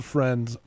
Friends